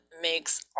makes